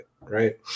Right